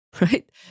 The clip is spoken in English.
Right